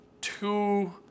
two